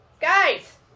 Guys